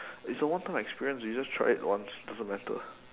it's a one time experience you just try it once doesn't matter